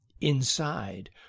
Inside